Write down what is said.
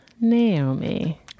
Naomi